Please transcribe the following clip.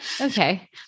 Okay